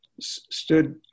stood